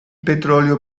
petrolio